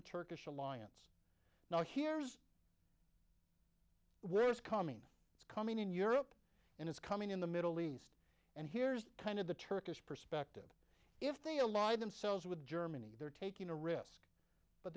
german turkish alliance now here's where it's coming it's coming in europe and it's coming in the middle east and here's kind of the turkish perspective if they allied themselves with germany they're taking a risk but